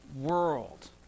world